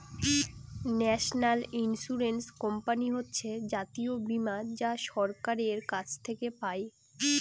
national insurance company হচ্ছে জাতীয় বীমা যা সরকারের কাছ থেকে পাই